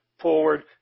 forward